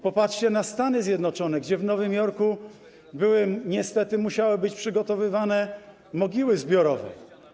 Popatrzcie na Stany Zjednoczone, gdzie w Nowym Jorku niestety musiały być przygotowywane mogiły zbiorowe.